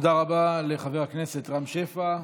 תודה רבה לחבר הכנסת רם שפע,